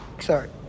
Sorry